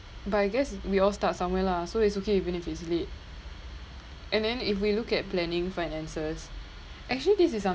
but I guess we all start somewhere lah so it's okay even if it's late and then if we look at planning finances actually this is